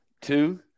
Two